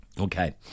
Okay